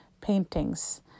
paintings